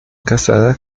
casada